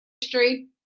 history